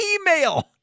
email